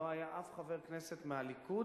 לא היה אף חבר כנסת מהליכוד